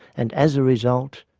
and as a result,